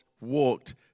walked